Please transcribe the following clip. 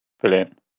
Brilliant